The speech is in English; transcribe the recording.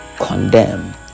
condemn